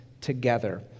together